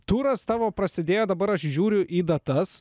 turas tavo prasidėjo dabar aš žiūriu į datas